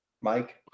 Mike